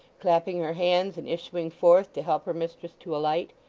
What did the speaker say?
clapping her hands, and issuing forth to help her mistress to alight.